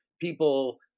people